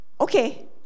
okay